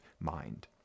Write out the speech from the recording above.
mind